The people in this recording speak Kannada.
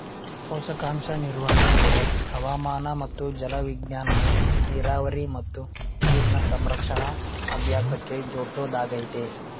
ಪೋಷಕಾಂಶ ನಿರ್ವಹಣೆ ಬೆಳೆ ಹವಾಮಾನ ಮತ್ತು ಜಲವಿಜ್ಞಾನನ ನೀರಾವರಿ ಮತ್ತು ನೀರಿನ ಸಂರಕ್ಷಣಾ ಅಭ್ಯಾಸಕ್ಕೆ ಜೋಡ್ಸೊದಾಗಯ್ತೆ